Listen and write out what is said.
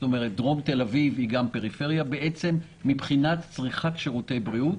כלומר דרום תל אביב היא גם פריפריה מבחינת צריכת שירותי בריאות.